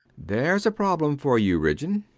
theres a problem for you, ridgeon.